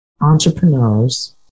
entrepreneurs